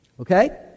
Okay